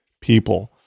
people